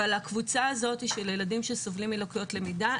אבל הקבוצה הזאת של הילדים שסובלים מלקויות למידה,